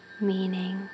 meaning